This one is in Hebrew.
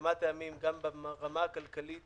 מכמה טעמים, גם ברמה הכלכלית